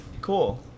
Cool